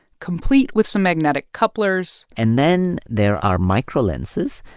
complete with some magnetic couplers. and then there are microlenses,